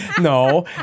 No